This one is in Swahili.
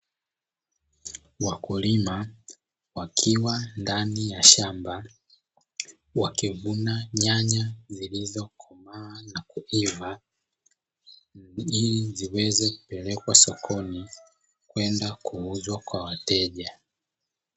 Wakulima wakiwa ndani ya shamba, wakivuna nyanya zilizo komaa na kuiva ili ziweze kupelekwa soko kwenda kuuzwa kwa wateja.